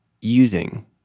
using